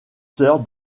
sœur